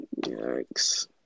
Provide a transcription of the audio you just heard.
Yikes